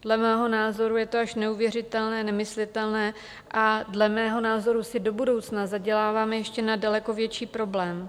Dle mého názoru je to až neuvěřitelné, nemyslitelné a dle mého názoru si do budoucna zaděláváme ještě na daleko větší problém.